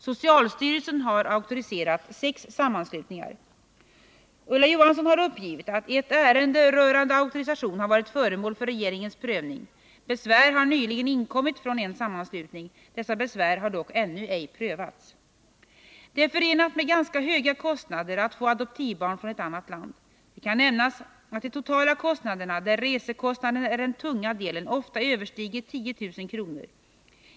Socialstyrelsen har auktoriserat sex sammanslutningar. Ulla Johansson har uppgivit att ett ärende rörande auktorisation har varit föremål för regeringens prövning. Besvär har nyligen inkommit från en sammanslutning. Dessa besvär har dock ännu ej prövats. Det är förenat med ganska höga kostnader att få adoptivbarn från ett annat land. Det kan nämnas att de totala kostnaderna, där resekostnaden är den tunga delen, ofta överstiger 10 000 kr.